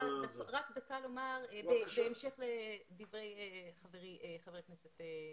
משהו קצר בהמשך לדברי חברי חבר הכנסת קושניר.